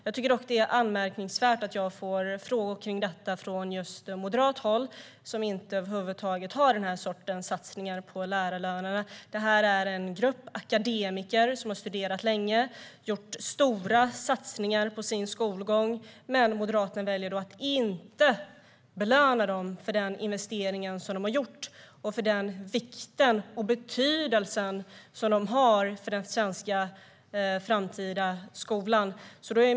Jag tycker dock att det är anmärkningsvärt att jag får frågor kring detta just från moderat håll där man över huvud taget inte har den sortens satsningar på lärarlöner. Det handlar om en grupp akademiker som har studerat länge och gjort stora satsningar på sin skolgång. Men Moderaterna väljer att inte belöna dem för den investering som de har gjort och för den betydelse som de har för den framtida svenska skolan.